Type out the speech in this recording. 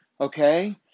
okay